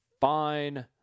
fine